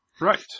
Right